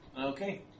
Okay